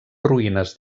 ruïnes